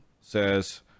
says